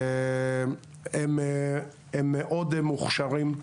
הם מאוד מוכשרים,